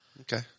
Okay